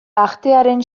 artearen